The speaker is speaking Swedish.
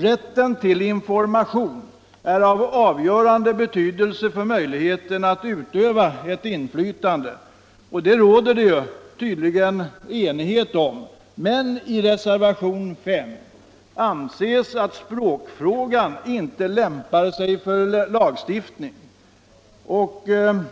Rätten till information är av avgörande betydelse för möjligheterna att utöva ett inflytande. Den saken råder det tydligen också enighet om. Men i reservationen 5 anser man att språkfrågan inte lämpar sig för lagstiftning. Reservanterna